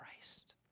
Christ